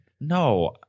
No